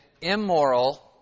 immoral